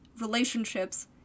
relationships